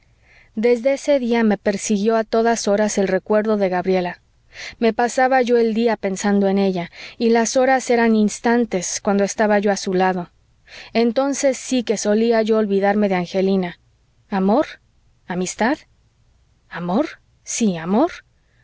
desde ese día me persiguió a todas horas el recuerdo de gabriela me pasaba yo el día pensando en ella y las horas eran instantes cuando estaba yo a su lado entonces sí que solía yo olvidarme de angelina amor amistad amor si amor